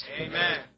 Amen